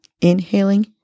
inhaling